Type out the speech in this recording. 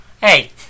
Hey